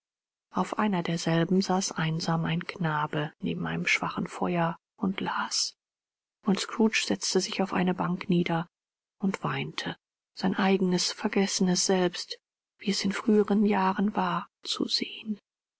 auf einer derselben saß einsam ein knabe neben einem schwachen feuer und las und scrooge setzte sich auf eine bank nieder und weinte sein eigenes vergessenes selbst wie es in früheren jahren war zu sehen